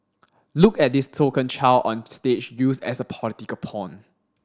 look at this token child on stage used as a political pawn